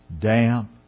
damp